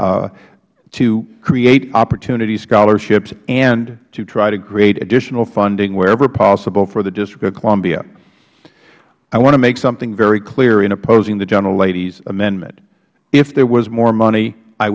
gentlelady to create opportunity scholarships and to try to create additional funding wherever possible for the district of columbia i want to make something very clear in opposing the gentlelady's amendment if there was more money i